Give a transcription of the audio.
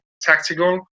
tactical